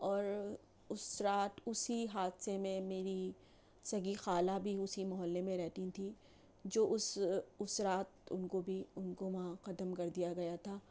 اور اُس رات اُسی حادثے میں میری سگی خالہ بھی اُسی محلے میں رہتی تھیں جو اُس اُس رات اُن کو بھی اُن کو وہاں ختم کر دیا گیا تھا